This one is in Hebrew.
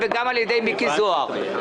ולא כל כך מייצר יזמות של בנייה לגובה,